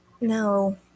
no